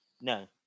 no